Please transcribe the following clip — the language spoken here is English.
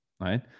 right